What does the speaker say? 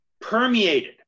permeated